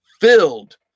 filled